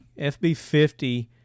FB50